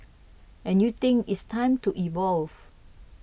and you think it's time to evolve